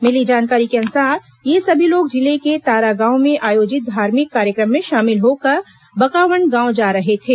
मिली जानकारी के अनुसार ये सभी लोग जिले के तारागांव में आयोजित धार्मिक कार्यक्रम में शामिल होकर बकावंड गांव जा रहे थे